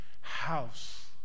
house